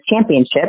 Championship